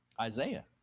Isaiah